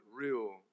real